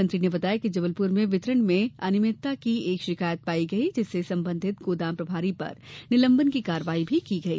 मंत्री ने बताया कि जबलपुर में वितरण में अनियमितता की एक शिकायत पाई गई जिसमें संबंधित गोदाम प्रभारी पर निलंबन की कार्यवाही की गई